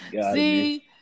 see